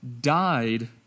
died